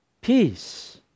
Peace